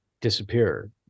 disappear